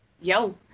Yo